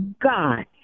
God